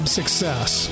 success